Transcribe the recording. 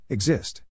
Exist